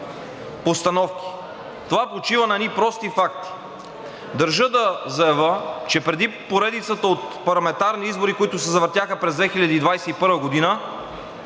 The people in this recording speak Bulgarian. Това почива на едни прости факти. Държа да заявя, че преди поредицата от парламентарни избори, които се завъртяха през 2021 г.,